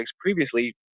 previously